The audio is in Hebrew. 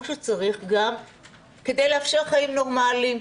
שצריך גם כדי לאפשר להם חיים נורמליים,